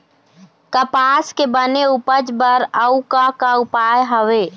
कपास के बने उपज बर अउ का का उपाय हवे?